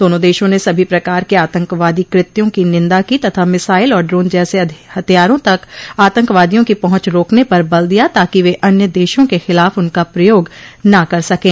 दोनों देशों ने सभी प्रकार के आंतकवादी कृत्यों की निंदा की तथा मिसाइल और ड्रोन जैसे हथियारों तक आंतकवादियों की पहुंच रोकने पर बल दिया ताकि वे अन्य देशों के ख़िलाफ़ उनका प्रयोग न कर सकें